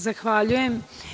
Zahvaljujem.